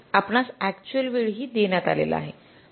तसेच आपणास अक्चुअल वेळ हि देण्यात आलेला आहे